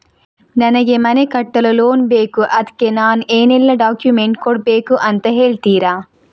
ನನಗೆ ಮನೆ ಕಟ್ಟಲು ಲೋನ್ ಬೇಕು ಅದ್ಕೆ ನಾನು ಏನೆಲ್ಲ ಡಾಕ್ಯುಮೆಂಟ್ ಕೊಡ್ಬೇಕು ಅಂತ ಹೇಳ್ತೀರಾ?